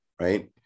right